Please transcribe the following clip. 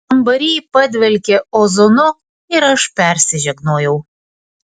kambary padvelkė ozonu ir aš persižegnojau